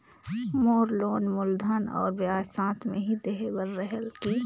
मोर loan मूलधन और ब्याज साथ मे ही देहे बार रेहेल की?